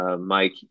Mike